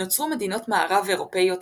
נוצרו מדינות מערב אירופיות רבות,